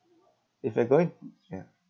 if you're going ya